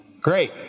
Great